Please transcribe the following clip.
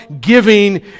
giving